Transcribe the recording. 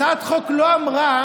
הצעת החוק לא אמרה,